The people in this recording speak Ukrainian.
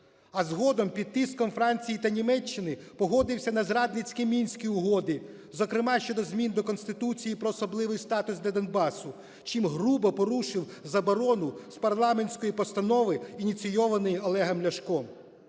А згодом, під тиском Франції та Німеччини, погодився на зрадницькі Мінські угоди, зокрема щодо змін до Конституції про особливий статус для Донбасу, чим грубо порушив заборону з парламентської постанови, ініційованої Олегом Ляшком.